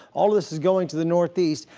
all of this is going to the northeast.